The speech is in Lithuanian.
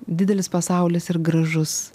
didelis pasaulis ir gražus